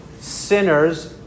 sinners